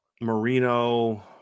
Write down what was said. Marino